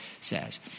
says